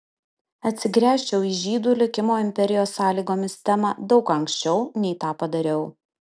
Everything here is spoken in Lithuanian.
atsigręžčiau į žydų likimo imperijos sąlygomis temą daug anksčiau nei tą padariau